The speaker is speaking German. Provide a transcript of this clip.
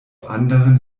anderen